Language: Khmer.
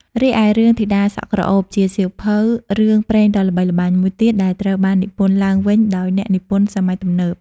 រីឯ រឿង ធីតាសក់ក្រអូប ជាសៀវភៅរឿងព្រេងដ៏ល្បីល្បាញមួយទៀតដែលត្រូវបាននិពន្ធឡើងវិញដោយអ្នកនិពន្ធសម័យទំនើប។